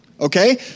okay